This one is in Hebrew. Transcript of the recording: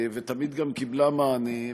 ותמיד גם קיבלה מענה,